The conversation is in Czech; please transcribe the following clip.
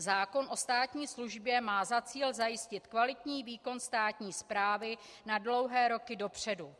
Zákon o státní službě má za cíl zajistit kvalitní výkon státní správy na dlouhé roky dopředu.